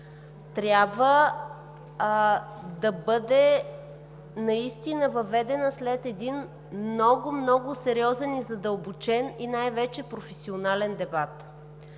Трябва да бъде въведена след един много, много сериозен, задълбочен и най-вече професионален дебат.